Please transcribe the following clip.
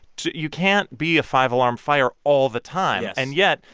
you can't be a five-alarm fire all the time. and yet,